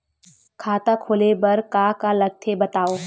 खाता खोले बार का का लगथे बतावव?